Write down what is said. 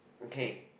okay